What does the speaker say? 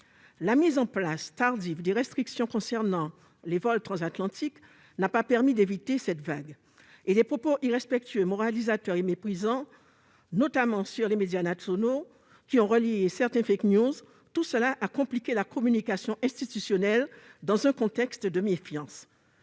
La mise en place tardive des restrictions concernant les vols transatlantiques n'a pas permis d'éviter cette vague et les propos irrespectueux, moralisateurs et méprisants, notamment sur les médias nationaux, qui ont relayé certaines ont compliqué, dans un contexte de méfiance,